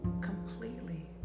completely